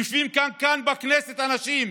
יושבים כאן בכנסת אנשים